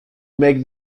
make